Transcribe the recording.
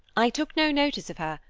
i took no notice of her,